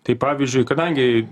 tai pavyzdžiui kadangi